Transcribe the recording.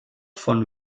von